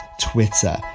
Twitter